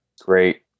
great